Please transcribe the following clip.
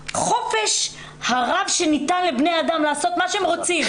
מהחופש הרב שניתן לבני אדם לעשות מה שהם רוצים.